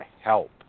help